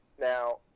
Now